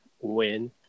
win